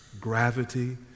gravity